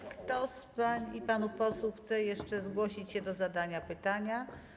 Czy ktoś z pań i panów posłów chce jeszcze zgłosić się do zadania pytania?